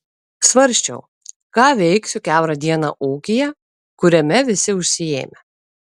svarsčiau ką veiksiu kiaurą dieną ūkyje kuriame visi užsiėmę